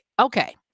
Okay